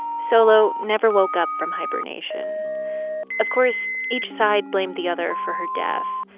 solo never woke up from hibernation of course, each side blamed the other for her death.